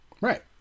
right